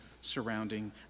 surrounding